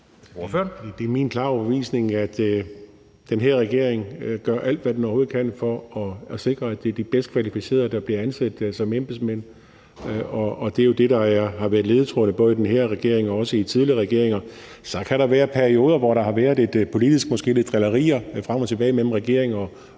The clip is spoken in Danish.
Det er min klare overbevisning, at den her regering gør alt, hvad den overhovedet kan for at sikre, at det er de bedst kvalificerede, der bliver ansat som embedsmænd. Og det er jo det, der har været ledetråden, både for den her regering og også for tidligere regeringer. Så kan der være perioder, hvor der måske har været lidt politiske drillerier frem og tilbage mellem regeringen